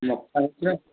ମକା ଅଛି ନା